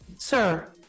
Sir